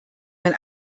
man